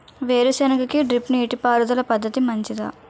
వేరుసెనగ కి డ్రిప్ నీటిపారుదల పద్ధతి మంచిదా?